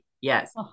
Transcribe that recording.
Yes